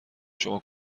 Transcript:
شما